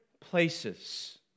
places